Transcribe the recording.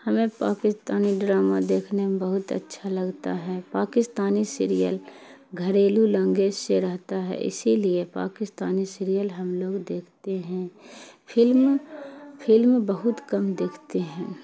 ہمیں پاکستانی ڈرامہ دیکھنے میں بہت اچھا لگتا ہے پاکستانی سیریل گھریلو لنگویج سے رہتا ہے اسی لیے پاکستانی سیریل ہم لوگ دیکھتے ہیں پھلم پھلم بہت کم دیکھتے ہیں